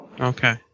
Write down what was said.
Okay